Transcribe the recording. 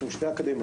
יש לנו שתי אקדמיות,